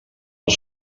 els